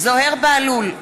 זוהיר בהלול,